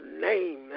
name